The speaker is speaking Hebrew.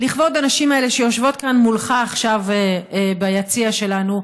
לכבוד הנשים האלה שיושבות כאן מולך עכשיו ביציע שלנו,